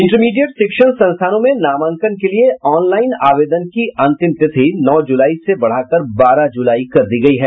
intermediate शिक्षण संस्थानों में नामांकन के लिए ऑनलाईन आवेदन की अंतिम तिथि नौ जुलाई से बढ़कर बारह जुलाई कर दी गयी है